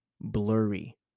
blurry